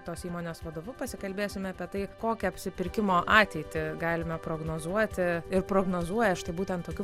tos įmonės vadovu pasikalbėsime apie tai kokią apsipirkimo ateitį galime prognozuoti ir prognozuoja štai būtent tokių